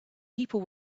people